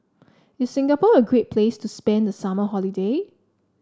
is Singapore a great place to spend the summer holiday